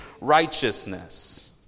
righteousness